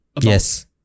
yes